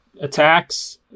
attacks